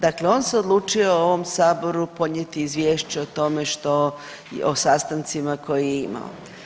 Dakle, on se odlučio ovom Saboru podnijeti izvješće o tome što, o sastancima koje je imao.